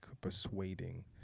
persuading